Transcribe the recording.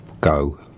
Go